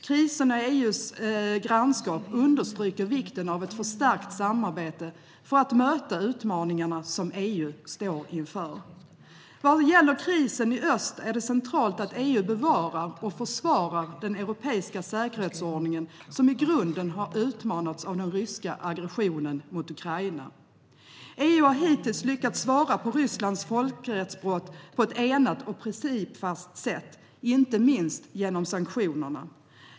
Kriserna i EU:s grannskap understryker vikten av ett förstärkt samarbete för att möta utmaningarna som EU står inför. Vad gäller krisen i öst är det centralt att EU bevarar och försvarar den europeiska säkerhetsordningen som i grunden har utmanats av den ryska aggressionen mot Ukraina. EU har hittills lyckats svara på Rysslands folkrättsbrott på ett enat och principfast sätt, inte minst genom sanktionerna.